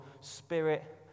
spirit